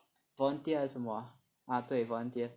volunteer 还是什么啊对 volunteer